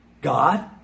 God